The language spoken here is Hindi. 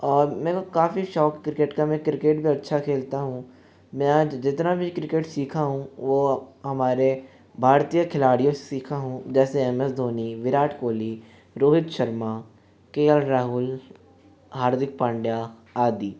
और मेरे को काफ़ी शौक क्रिकेट का मैं क्रिकेट भी अच्छा खेलता हूँ मैं आज जितना भी क्रिकेट सीखा हूँ वह हमारे भारतीय खिलाड़ियों सीखा हूँ जैसे M S Dhoni Virat Kohli Rohit Sharma K L Rahul Hardik Pandya आदि